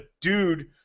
dude